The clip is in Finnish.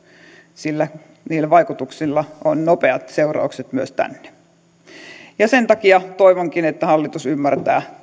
sillä niillä vaikutuksilla on nopeat seuraukset myös tänne sen takia toivonkin että hallitus ymmärtää